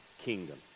kingdom